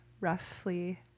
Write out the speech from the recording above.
roughly